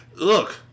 Look